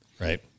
Right